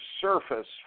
surface